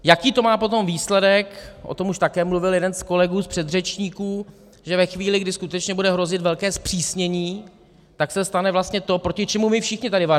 Jaký to má potom výsledek, o tom už také mluvil jeden z kolegů předřečníků, že ve chvíli, kdy skutečně bude hrozit velké zpřísnění, tak se stane vlastně to, proti čemu my všichni tady varujeme.